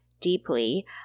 deeply